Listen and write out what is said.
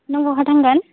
नों बहा थांगोन